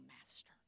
master